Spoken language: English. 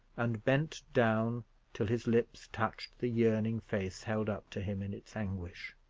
and bent down till his lips touched the yearning face held up to him in its anguish.